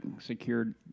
secured